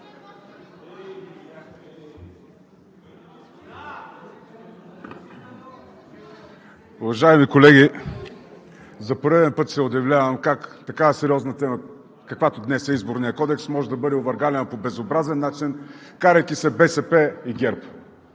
Уважаеми колеги, за пореден път се удивлявам как такава сериозна тема, каквато днес е Изборният кодекс, може да бъде овъргаляна по безобразен начин, карайки се БСП и ГЕРБ.